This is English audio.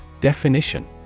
Definition